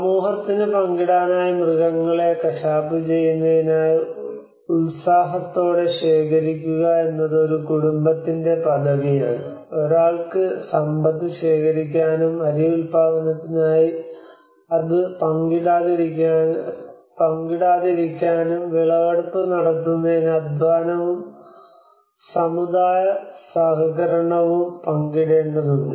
സമൂഹത്തിന് പങ്കിടാനായി മൃഗങ്ങളെ കശാപ്പ് ചെയ്യുന്നതിനായി ഉത്സാഹത്തോടെ ശേഖരിക്കുക എന്നത് ഒരു കുടുംബത്തിന്റെ പദവിയാണ് ഒരാൾക്ക് സമ്പത്ത് ശേഖരിക്കാനും അരി ഉൽപാദനത്തിനായി അത് പങ്കിടാതിരിക്കാനും വിളവെടുപ്പ് നടത്തുന്നതിന് അധ്വാനവും സമുദായ സഹകരണവും പങ്കിടേണ്ടതുണ്ട്